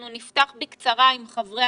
אנחנו נפתח בקצרה עם חברי